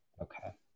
okay